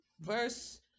Verse